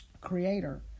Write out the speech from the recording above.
creator